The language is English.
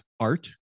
art